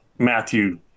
Matthew